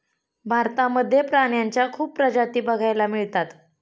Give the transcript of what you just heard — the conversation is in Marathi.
भारतामध्ये प्राण्यांच्या खूप प्रजाती बघायला मिळतात